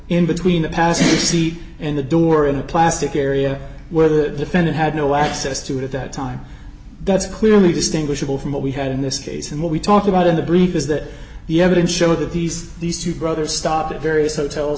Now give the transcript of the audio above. in between the past seat and the door in a plastic area where the defendant had no access to it at that time that's clearly distinguishable from what we had in this case and what we talked about in the brief is that the evidence showed that these these two brothers stopped at various hotels